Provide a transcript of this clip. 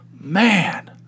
Man